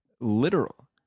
literal